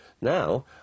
Now